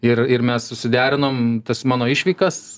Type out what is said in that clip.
ir ir mes susiderinom tas mano išvykas